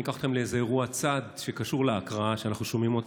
אני אקח אתכם לאיזה אירוע צד שקשור להקראה שאנחנו שומעים.